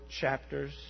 chapters